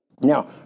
Now